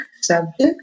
subject